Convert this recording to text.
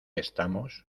estamos